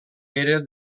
pere